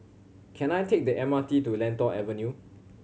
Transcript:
can I take the M R T to Lentor Avenue